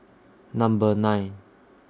Number nine